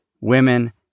women